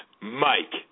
Mike